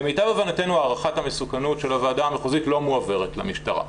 למיטב הבנתנו הערכת המסוכנות של הוועדה המחוזית לא מועברת למשטרה.